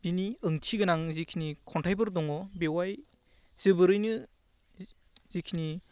बेनि ओंथिगोनां जेखिनि खन्थाइफोर दङ' बेवहाय जोबोरैनो जेखिनि